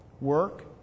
Work